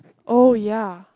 oh ya